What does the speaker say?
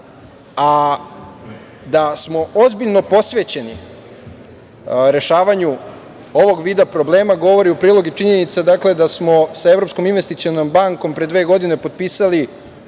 Da smo ozbiljno posvećeni rešavanju ovog vida problema, govori u prilog i činjenica da smo sa Evropskom investicionom bankom pre dve godine potpisali